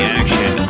action